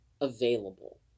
available